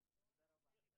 הרווחה והבריאות): תחת ידך?